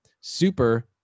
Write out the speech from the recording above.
Super